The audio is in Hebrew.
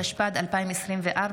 התשפ"ד 2024,